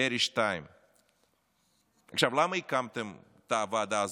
דרעי 2. עכשיו, למה הקמתם את הוועדה הזאת,